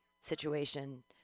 situation